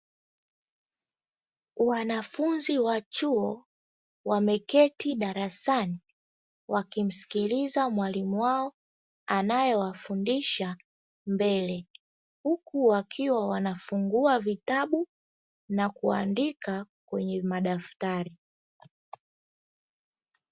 Wanafunzi wa chuo wameketi darasani, wakimskiliza mwalimu wao anayowafundisha mbele, huku wakiwa wanafungua vitabu na kuandika kwenye madaftari.